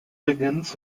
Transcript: begins